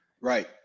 Right